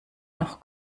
noch